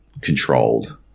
controlled